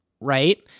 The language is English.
right